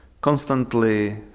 constantly